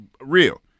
real